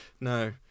no